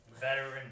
veteran